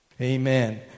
Amen